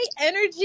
energy